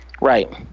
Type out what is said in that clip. Right